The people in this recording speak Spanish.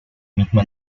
misma